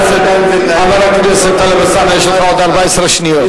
חבר הכנסת טלב אלסאנע, יש לך עוד 14 שניות.